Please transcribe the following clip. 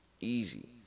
Easy